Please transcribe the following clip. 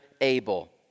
Abel